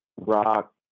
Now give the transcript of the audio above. rock